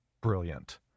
brilliant